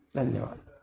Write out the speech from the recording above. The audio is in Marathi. धन्यवाद